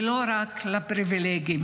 ולא רק לפריבילגים.